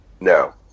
No